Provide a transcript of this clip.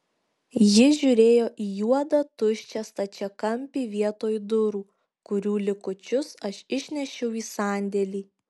ji žiūrėjo į juodą tuščią stačiakampį vietoj durų kurių likučius aš išnešiau į sandėlį